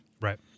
Right